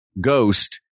Ghost